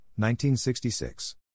1966